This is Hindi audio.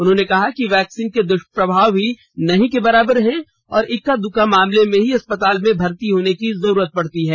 उन्होंने कहा कि वैक्सीन के दुष्प्रभाव भी नहीं के बराबर है और इक्का दुक्का मामले में ही अस्पताल में भर्ती होने की जरूरत पडती है